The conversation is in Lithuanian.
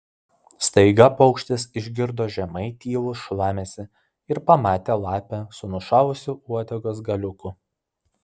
staiga paukštis išgirdo žemai tylų šlamesį ir pamatė lapę su nušalusiu uodegos galiuku